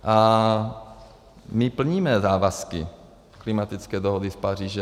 A my plníme závazky klimatické dohody z Paříže.